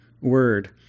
word